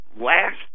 last